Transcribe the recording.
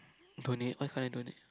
donate why can't I donate